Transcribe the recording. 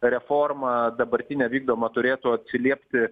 reforma dabartinė vykdoma turėtų atsiliepti